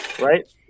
right